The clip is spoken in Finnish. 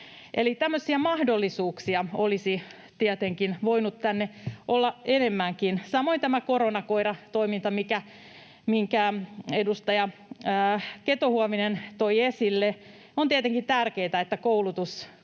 tämmöisiä mahdollisuuksia olisi tietenkin voinut täällä olla enemmänkin. Samoin tämä koronakoiratoiminta, minkä edustaja Keto-Huovinen toi esille: On tietenkin tärkeätä, että koulutus